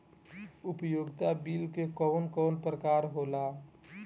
उपयोगिता बिल के कवन कवन प्रकार होला?